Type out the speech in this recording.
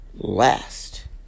last